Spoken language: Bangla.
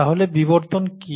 তাহলে বিবর্তন কি